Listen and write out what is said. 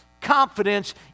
confidence